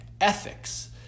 ethics